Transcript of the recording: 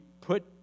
put